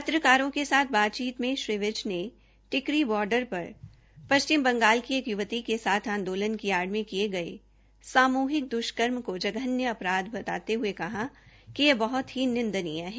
प्रत्रकारों से साथ बातचीत में श्री विज ने टिकरी बॉर्डर पर पश्चिम बंगाल से एक य्वती के साथ आंदोलन की आड़ में किये गये साम्हिक द्ष्कर्म को जघन्य अपराध बताते हये कहा कि यह बहृत ही निदंनीय है